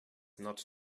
not